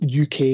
UK